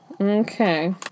Okay